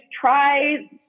try